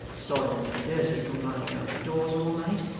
soiled and dirty from lying out of doors all night,